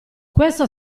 questo